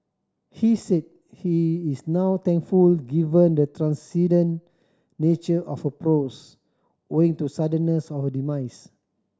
he said he is now thankful given the transcendent nature of her prose owing to suddenness of her demise